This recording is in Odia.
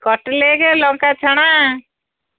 କଟଲେଟ୍ ଲଙ୍କା ଛଣା